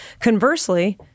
Conversely